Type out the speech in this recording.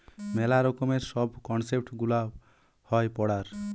মেলা রকমের সব কনসেপ্ট গুলা হয় পড়ার